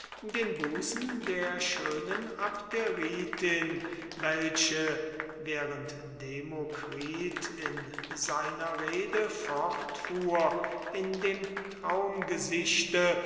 den busen der schönen abderitin welche während daß demokritus in seiner rede fortfuhr in dem